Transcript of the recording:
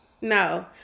No